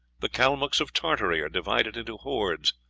the calmucks of tartary are divided into hordes,